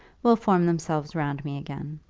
will form themselves round me again.